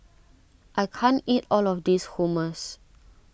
I can't eat all of this Hummus